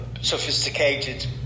sophisticated